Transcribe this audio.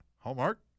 Hallmark